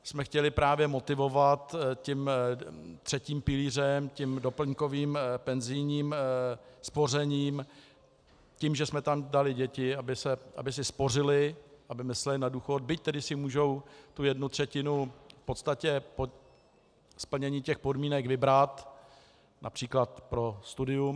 My jsme chtěli právě motivovat tím třetím pilířem, tím doplňkovým penzijním spořením, tím, že jsme tam dali děti, aby si spořily, aby si myslely na důchod, byť tedy si můžou tu jednu třetinu v podstatě po splnění těch podmínek vybrat např. pro studium.